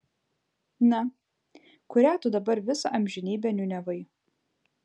na kurią tu dabar visą amžinybę niūniavai